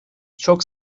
çok